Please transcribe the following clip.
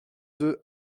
deux